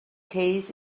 case